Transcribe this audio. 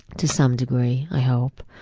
to some degree, i hope.